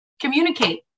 Communicate